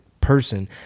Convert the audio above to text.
person